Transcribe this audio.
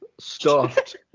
Stuffed